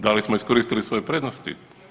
Da li smo iskoristili svoje prednosti?